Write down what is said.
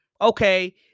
okay